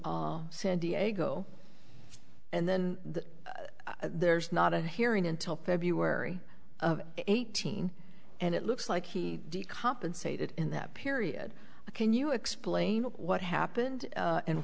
san diego and then there's not a hearing until february eighteenth and it looks like he compensated in that period can you explain what happened